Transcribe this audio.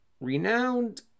renowned